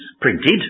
printed